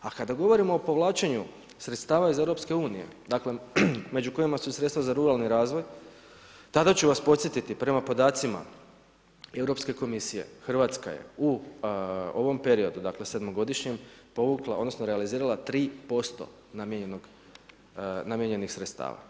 A kada govorimo o povlačenju sredstava iz EU, dakle među kojima su i sredstva za ruralni razvoj tada ću vas podsjetiti prema podacima Europske komisije Hrvatska je u ovom periodu, dakle sedmogodišnjem povukla, odnosno realizirala tri posto namijenjenih sredstava.